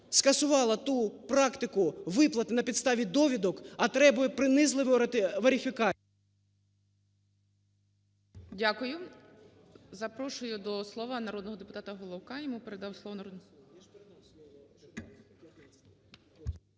скасувала ту практику виплат на підставі довідок, а требує принизливої… ГОЛОВУЮЧИЙ.